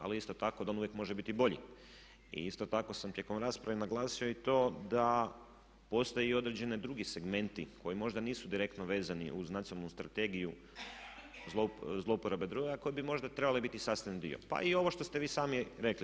Ali isto tako da on uvijek može biti bolji i isto tako sam tijekom rasprave naglasio i to da postoje i određeni drugi segmenti koji možda nisu direktno vezani uz Nacionalnu strategiju zlouporabe droga koje bi možda trebale biti sastavni dio, pa i ovo što ste vi sami rekli.